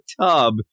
tub